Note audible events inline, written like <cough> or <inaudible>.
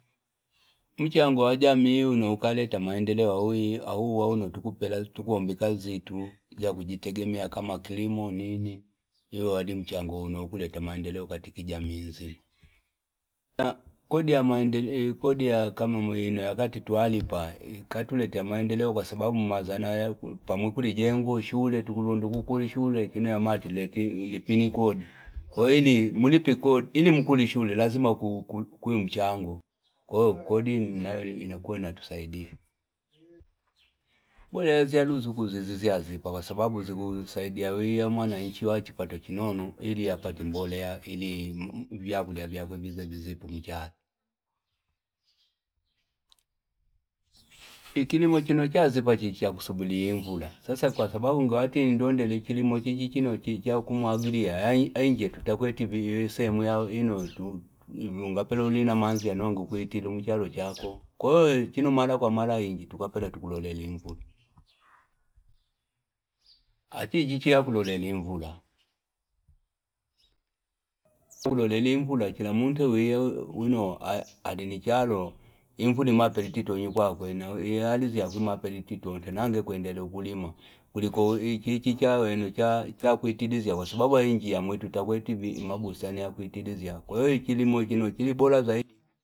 Mchango wajamii wuna ukaleta maendelewa. Ahu wau no tukupela, tukuombikazi itu, ya kujitegemiya kama kilimo niini. Yowadi mchango wuna ukuleta maendelewa kati kijamisi. Na kodi ya maendelewa, kodi ya kama moino, yakati tualipa, katuletea maendelewa kwa sababu mmazana ya pamukuli jengo, shule, tukulundu kukuli shule, kino ya matile, kini kodi. <noise> Koi ini, mulipi kodi, ini mkuli shule. lazima kuye mchango ko kodi inakuwa inatusaidia mbolea zwa ruzuku ngazipa kwa sababu zikusaidia mwananchi uriya wa chipato chinono ili apate mbolea ili vyakula vyake vize zipe mcharo, chilimo chino chazipa achicha kusubiria invula kwa sababu nguwaki ndendele chilimo chicha achino cha kumwagilia kwa sababu yingi tutakweti sehemu yakuti enge uli na manzi yakuti enge ukwilila mcharo chaka ko achino mara kwa mara yingi tukapela tukusubiria invua, <noise> achicha cha kulolela invula invula imangeitatanya na amange akwembelea kulima aridhi itatonta kuliko chicha cha kwitiririsha kwa sababu yingi yamwi yatakweti bustani ya kwitilinjura chilimo chino chili bora zaidi.